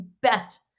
best